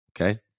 Okay